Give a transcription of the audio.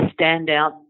standout